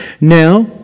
Now